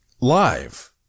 live